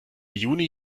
juni